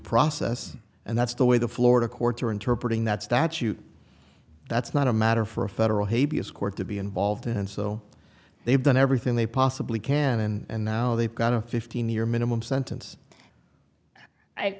process and that's the way the florida courts are interpreting that statute that's not a matter for a federal court to be involved in and so they've done everything they possibly can and now they've got a fifteen year minimum sentence